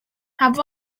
have